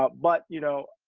but but you know,